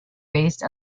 based